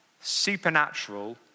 supernatural